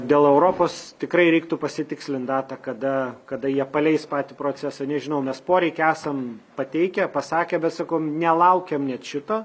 dėl europos tikrai reiktų pasitikslint datą kada kada jie paleis patį procesą nežinau mes poreikį esam pateikę pasakę bet sakau nelaukiam net šito